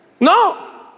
No